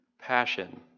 passion